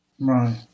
Right